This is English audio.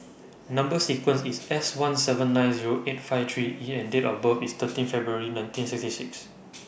Number sequence IS S one seven nine Zero eight five three E and Date of birth IS thirteen February nineteen sixty six